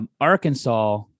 Arkansas